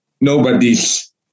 nobody's